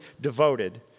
devoted